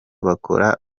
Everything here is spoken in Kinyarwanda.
bakora